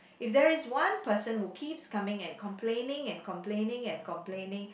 if there is one person who keeps coming and complaining and complaining and complaining